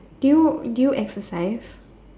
do you do you exercise